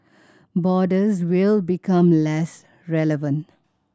borders will become less relevant